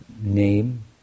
name